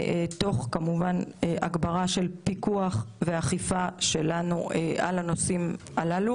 תוך הגברה של הפיקוח והאכיפה שלנו על הנושאים הללו.